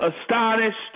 astonished